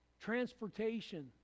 transportation